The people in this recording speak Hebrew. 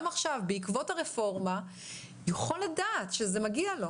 יש לנו בעקבות שינוי גיל הפרישה ייכנס לתוקף חוק גיל המעבר.